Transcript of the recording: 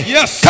Yes